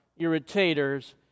irritators